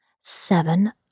Seven